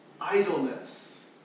idleness